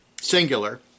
singular